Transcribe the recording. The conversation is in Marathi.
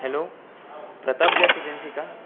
हॅलो प्रताप गॅस एजन्सी का